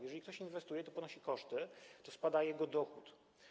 Jeżeli ktoś inwestuje, to ponosi koszty i spada jego dochód.